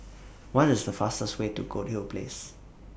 What IS The fastest Way to Goldhill Place